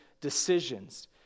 decisions